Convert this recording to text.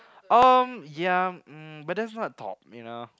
um ya um but that's not top you know